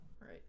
Right